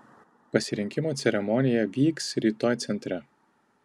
pasirinkimo ceremonija vyks rytoj centre